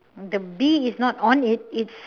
the bee is not on it it's